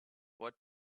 what